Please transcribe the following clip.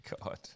God